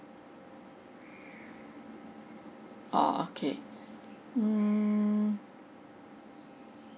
oh okay mm